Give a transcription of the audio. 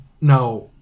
Now